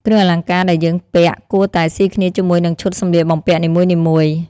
គ្រឿងអលង្ការដែលយើងពាក់គួរតែស៊ីគ្នាជាមួយនឹងឈុតសម្លៀកបំពាក់នីមួយៗ ។